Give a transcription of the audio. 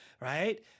right